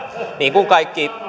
niin kuin kaikki